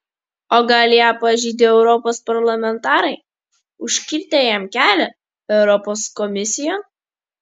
o gal ją pažeidė europos parlamentarai užkirtę jam kelią europos komisijon